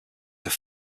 were